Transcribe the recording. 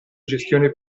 gestione